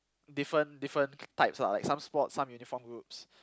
different different types lah like some sports some uniform groups